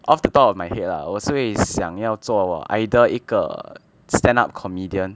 off the top of my head lah 我是会想要做 either 一个 stand up comedian